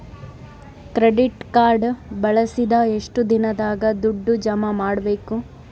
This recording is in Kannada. ಕ್ರೆಡಿಟ್ ಕಾರ್ಡ್ ಬಳಸಿದ ಎಷ್ಟು ದಿನದಾಗ ದುಡ್ಡು ಜಮಾ ಮಾಡ್ಬೇಕು?